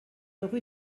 rue